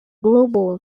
global